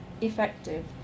effective